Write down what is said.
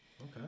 Okay